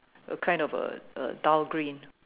a kind of a a dull green